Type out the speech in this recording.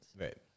right